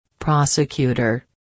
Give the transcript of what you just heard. Prosecutor